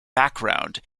background